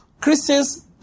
Christians